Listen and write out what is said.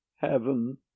Heaven